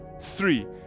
three